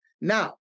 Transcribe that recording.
now